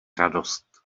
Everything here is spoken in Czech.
radost